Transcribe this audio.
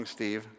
Steve